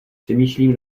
přemýšlím